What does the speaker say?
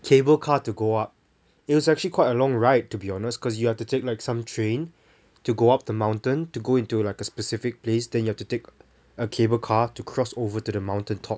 cable car to go up it was actually quite a long ride to be honest because you have to take like some train to go up the mountain to go into like a specific place then you have to take a cable car to cross over to the mountain top